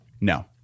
No